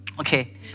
okay